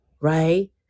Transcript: right